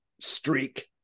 streak